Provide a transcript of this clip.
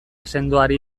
sendoari